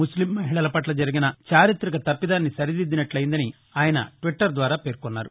ముస్లిం మహిళల పట్ల జరిగిన చారితక తప్పిదాన్ని సరిదిద్దినట్లయిందని ఆయన ట్విట్టర్ ద్వారా పేర్కొన్నారు